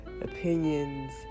opinions